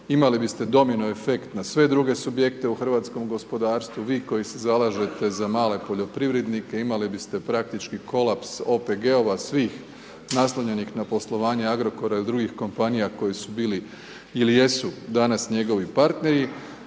imali biste domino efekt na sve druge subjekte u hrvatskom gospodarstvu, vi koji se zalažete za male poljoprivrednike imali biste praktički kolaps OPG-ova svih naslonjenih na poslovanje Agrokora i drugih kompanija koji su bili ili jesu danas njegovi partneri,